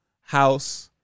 house